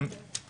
היום יום רביעי,